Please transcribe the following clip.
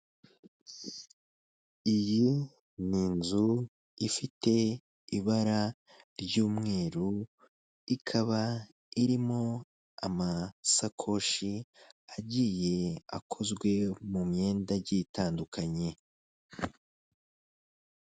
Iyi ni inzu ifite ibara ry'umweru ikaba irimo amasakoshi agiye akozwe mu myenda itandukanye .